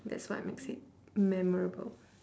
that's what makes it memorable